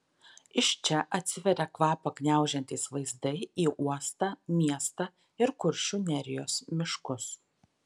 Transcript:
iš čia atsiveria kvapą gniaužiantys vaizdai į uostą miestą ir kuršių nerijos miškus